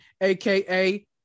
aka